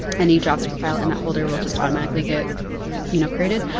any javascript file and that folder will just automatically get you know created.